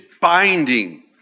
binding